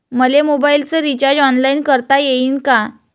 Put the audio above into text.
मले मोबाईलच recharge online करता येईन का?